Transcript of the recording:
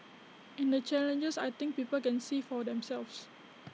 and the challenges I think people can see for themselves